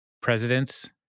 presidents